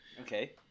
Okay